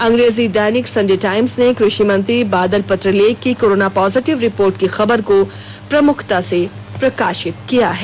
अंग्रेजी दैनिक Sunday Times ने कृषिमंत्री बादल पत्रलेख की कोरोना पॉजिटिव रिपोर्ट की खबर को प्रमुखता से प्रकाशित किया है